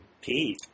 Pete